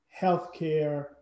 healthcare